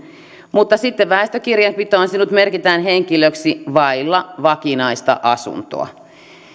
mutta sitten väestökirjanpitoon sinut merkitään henkilöksi vailla vakinaista asuntoa